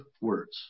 words